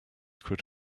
could